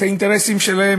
את האינטרסים שלה,